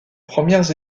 premières